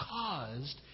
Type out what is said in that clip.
caused